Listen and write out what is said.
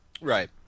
Right